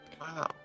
Wow